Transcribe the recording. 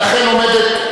תודה רבה.